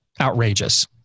outrageous